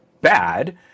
bad